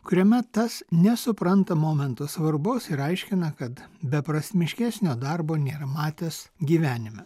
kuriame tas nesupranta momento svarbos ir aiškina kad beprasmiškesnio darbo nėra matęs gyvenime